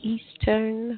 Eastern